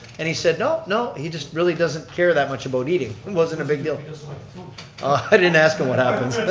and he said, no, no, he just really doesn't care that much about eating. it wasn't a big deal. oh, i ah didn't ask him what happens.